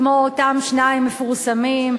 כמו אותם שניים מפורסמים,